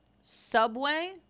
Subway